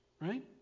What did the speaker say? Right